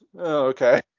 okay